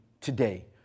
today